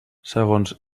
segons